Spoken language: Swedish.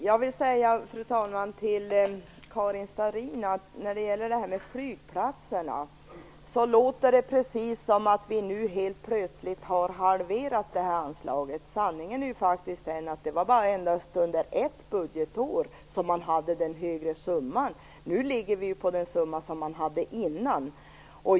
Fru talman! Till Karin Starrin vill jag säga angående flygplatserna att det låter som att vi nu helt plötsligt har halverat anslaget. Sanningen är att det endast var under ett budgetår som man hade den högre summan. Nu ligger vi på den summa som man hade innan.